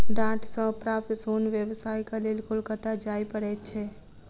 डांट सॅ प्राप्त सोन व्यवसायक लेल कोलकाता जाय पड़ैत छै